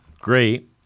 great